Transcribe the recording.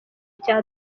cya